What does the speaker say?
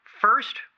First